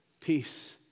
Peace